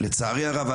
לצערי הרב,